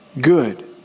good